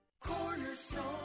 Cornerstone